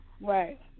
Right